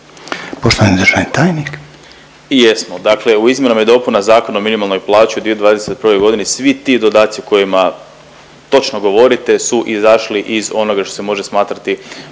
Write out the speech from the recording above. Poštovani državni tajnik. **Vidiš, Ivan** I jesmo. Dakle u izmjenama i dopunama Zakona o minimalnoj plaći u 2021. godini, svi ti dodaci o kojima točno govorite su izašli iz onoga što se može smatrati